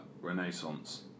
Renaissance